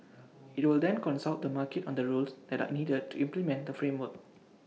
IT will then consult the market on the rules that are needed to implement the framework